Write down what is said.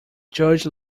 judge